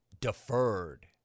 deferred